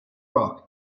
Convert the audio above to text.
rock